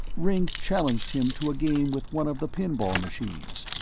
ringg challenged him to a game with one of the pinball machines.